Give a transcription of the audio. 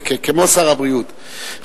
כמו שר הבריאות,